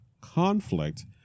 conflict